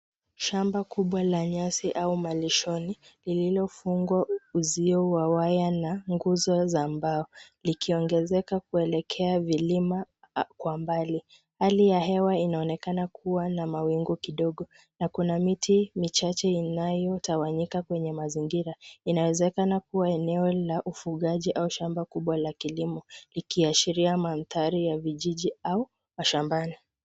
Shamba kubwa la nyasi au malishoni lililofungwa uzio wa waya na nguzo za mbao likiongezeka kuelekea vilima kwa mbali. Hali ya hewa inaonekana kuwa na mawingu kidogo na kuna miti michache inayotawanyika kwenye mazingira. Inawezekana kuwa eneo la ufugaji au shamba kubwa la kilimo ikiashiria mandhari ya vijiji au mashambani.